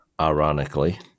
ironically